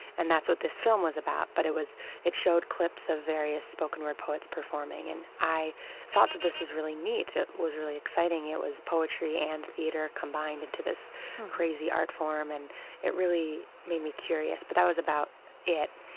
and that's what this film was about, but it showed clips of various spoken-word poets performing. and i thought that this was really neat. it was really exciting. it was poetry and theater combined into this crazy art form, and it really made me curious, but that was about it.